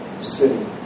city